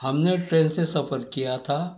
ہم نے ٹرین سے سفر کیا تھا